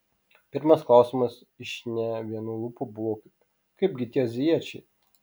pirmas klausimas iš ne vienų lūpų buvo kaipgi tie azijiečiai